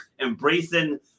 embracing